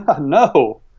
No